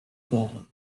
ball